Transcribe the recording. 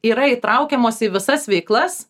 yra įtraukiamos į visas veiklas